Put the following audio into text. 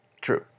True